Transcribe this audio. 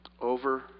Over